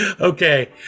okay